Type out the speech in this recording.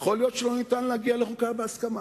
יכול להיות שלא ניתן להגיע לחוקה בהסכמה,